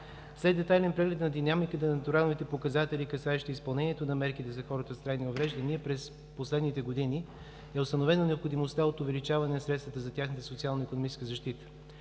След детайлен преглед на динамиката на натуралните показатели, касаещи изпълнението на мерките за хората с трайни увреждания през последните години, е установена необходимостта от увеличаване средствата за тяхната социално-икономическа защита.